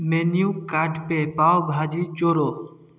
menu card में पाव भाजी जोड़ो